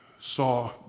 saw